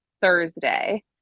Thursday